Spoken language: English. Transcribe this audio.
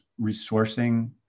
resourcing